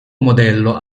modello